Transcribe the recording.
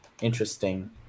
interesting